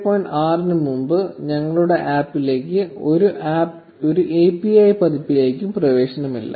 6 ന് മുമ്പ് ഞങ്ങളുടെ APP യ്ക്ക് ഒരു API പതിപ്പിലേക്കും പ്രവേശനമില്ല